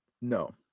no